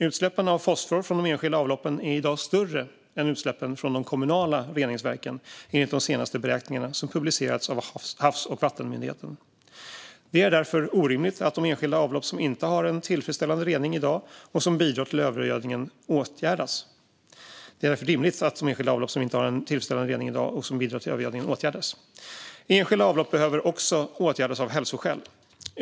Utsläppen av fosfor från de enskilda avloppen är i dag större än utsläppen från de kommunala reningsverken, enligt de senaste beräkningarna som publicerats av Havs och vattenmyndigheten. Det är därför rimligt att de enskilda avlopp som inte har en tillfredsställande rening i dag och som bidrar till övergödningen åtgärdas. Enskilda avlopp behöver också åtgärdas av hälsoskäl.